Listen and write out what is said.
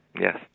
Yes